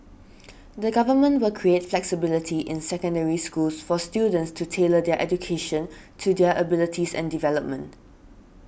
the government will create flexibility in Secondary Schools for students to tailor their education to their abilities and development